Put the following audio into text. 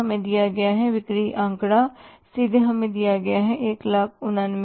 हमें दिया गया बिक्री आंकड़ा सीधे हमें दिया गया है 189500